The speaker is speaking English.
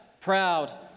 proud